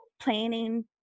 planning